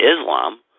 Islam